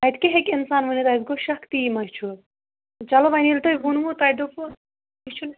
اَتہِ کیاہ ہیٚکہِ اِنسان ؤنِتھ اسہِ گوٚو شَک تِے ما چھُ چَلو وۄنۍ ییٚلہِ توہہِ ووٚنوٕ تۄہہِ دوٚپوٕ یہِ چھُنہٕ